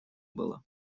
было